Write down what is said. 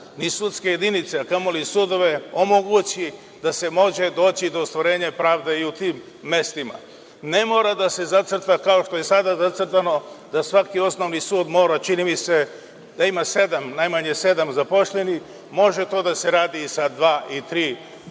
ni sudske jedinice, a kamoli sudove, omogući da se može doći do ostvarenja pravde i u tim mestima. Ne mora da se zacrta, kao što je sada zacrtano, da svaki osnovni sud mora, čini mi se, da ima sedam, najmanje sedam zaposlenih, može to da se radi i sa dvoje ili